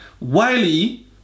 Wiley